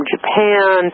Japan